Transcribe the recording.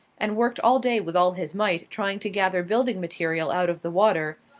and worked all day with all his might trying to gather building material out of the water,